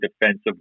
defensive